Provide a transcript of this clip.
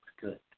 good